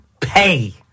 pay